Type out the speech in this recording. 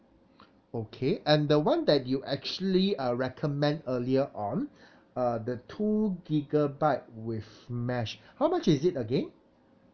okay and the [one] that you actually uh recommend earlier on uh the two gigabyte with mesh how much is it again